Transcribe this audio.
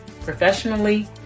professionally